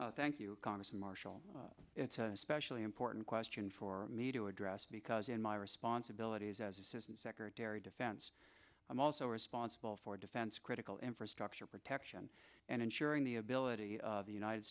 thank you congressman marshall it's especially important question for me to address because in my responsibilities as assistant secretary defense i'm also responsible for defense critical infrastructure protection and ensuring the ability of the united